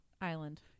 Island